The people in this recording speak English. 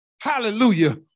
hallelujah